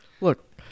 look